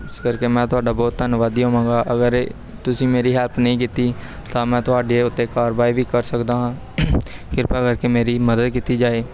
ਇਸ ਕਰਕੇ ਮੈਂ ਤੁਹਾਡਾ ਬਹੁਤ ਧੰਨਵਾਦੀ ਹੋਵਾਂਗਾ ਅਗਰ ਇਹ ਤੁਸੀਂ ਮੇਰੀ ਹੈਲਪ ਨਹੀਂ ਕੀਤੀ ਤਾਂ ਮੈਂ ਤੁਹਾਡੇ ਉੱਤੇ ਕਾਰਵਾਈ ਵੀ ਕਰ ਸਕਦਾ ਹਾਂ ਕਿਰਪਾ ਕਰਕੇ ਮੇਰੀ ਮਦਦ ਕੀਤੀ ਜਾਵੇ